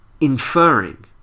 inferring